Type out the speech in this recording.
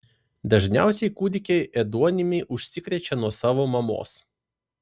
dažniausiai kūdikiai ėduonimi užsikrečia nuo savo mamos